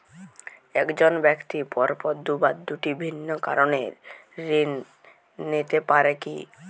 এক জন ব্যক্তি পরপর দুবার দুটি ভিন্ন কারণে ঋণ নিতে পারে কী?